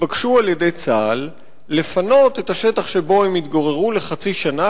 התבקשו על-ידי צה"ל לפנות את השטח שבו הם התגוררו לחצי שנה,